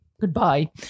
Goodbye